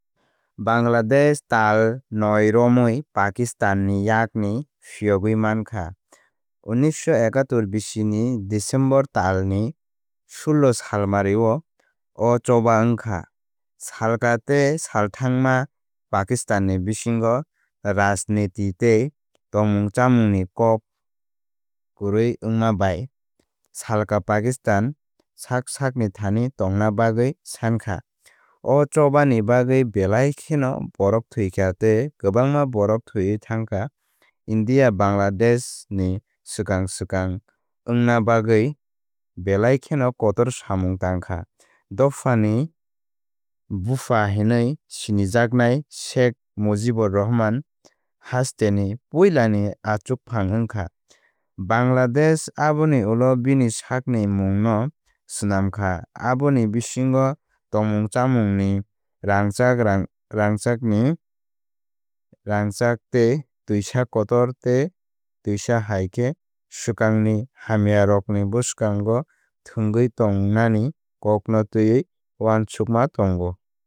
Bangladesh tal noi romwi Pakistan ni yakni phiyogwi mankha unisho ekatur bisini december talni sulah salmario O choba wngkha. Salka tei salthángma Pakistanni bisingo rajnitik tei tongmung chamungni kok kwrwi wngma bai salka Pakistan sak sakni thani tongna bagwi sankha. O chobani bagwi belai kheno borok thwikha tei kwbangma borok thwiwi thangkha India Bangladesh ni swkang swkang wngna bagwi belai kheno kotor samung tangkha. Dophani bupha hwnwi sinijaknai Sheikh Mujibur Rahman Hasteni Puilani achukphang Wngkha. Bangladesh aboni ulo bini sakni mungno swnamkha aboni bisingo tongmung chamungni rangchakni tei twisa kotor tei twisa hai khe swkangni hamyarokni bwskango thwngwi tongnani kokno twiwi uansukma tongo.